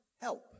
help